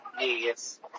Yes